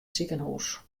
sikehús